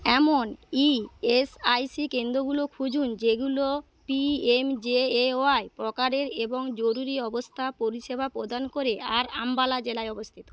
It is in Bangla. এমন ইএসআইসি কেন্দ্রগুলো খুঁজুন যেগুলো P M J A Y প্রকারের এবং জরুরি অবস্থা পরিষেবা প্রদান করে আর আম্বালা জেলায় অবস্থিত